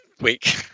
week